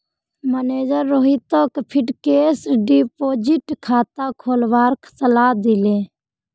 manager रोहितक fixed deposit खाता खोलवार सलाह दिले